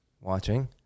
watching